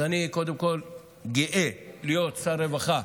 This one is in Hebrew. אז אני קודם כול גאה להיות שר רווחה